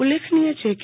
ઉલ્લેખનીય છે કે